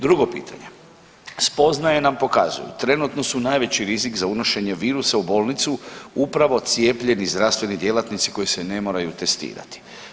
Drugo pitanje, spoznaje nam pokazuju, trenutno su najveći rizik za unošenje virusa u bolnicu upravo cijepljeni zdravstveni djelatnici koji se ne moraju testirati.